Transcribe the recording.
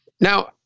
Now